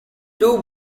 two